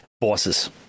bosses